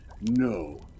No